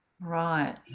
Right